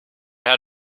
had